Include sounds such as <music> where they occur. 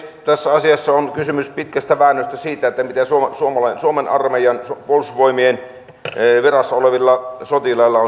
<unintelligible> tässä asiassa on kysymys pitkästä väännöstä siitä että kun suomen armeijan puolustusvoimien virassa olevilla sotilailla <unintelligible>